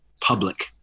public